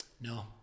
No